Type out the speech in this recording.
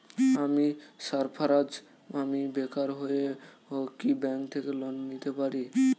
আমি সার্ফারাজ, আমি বেকার হয়েও কি ব্যঙ্ক থেকে লোন নিতে পারি?